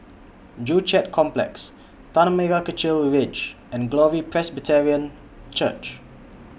Joo Chiat Complex Tanah Merah Kechil Ridge and Glory Presbyterian Church